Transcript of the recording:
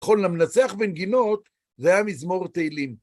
כל המנצח בנגינות זה היה מזמור תהילים.